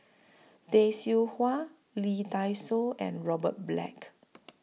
Tay Seow Huah Lee Dai Soh and Robert Black